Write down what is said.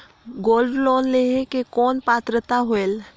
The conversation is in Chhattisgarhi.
गोल्ड लोन लेहे के कौन पात्रता होएल?